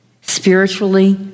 spiritually